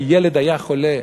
והילד היה חולה.